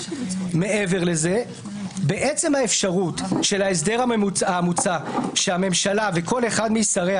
מעבר לזה בעצם האפשרות של ההסדר המוצע שהממשלה וכל אחד משריה